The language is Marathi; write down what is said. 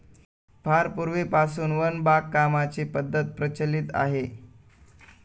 फार पूर्वीपासून वन बागकामाची पद्धत प्रचलित आहे